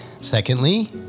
Secondly